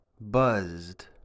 buzzed